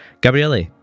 Gabriele